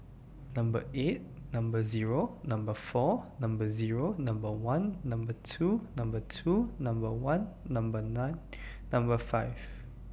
Number eight Number Zero Number four Number Zero Number one Number two Number two Number one Number nine Number five